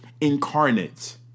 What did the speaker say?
incarnate